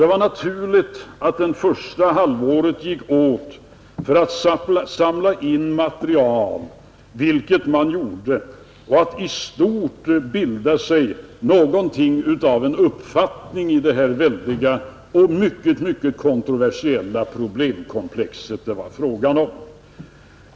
Det var naturligt att det första halvåret gick åt för att samla in material, vilket man gjorde, och att i stort bilda sig en uppfattning om det väldiga och mycket kontroversiella problemkomplex som det var fråga om.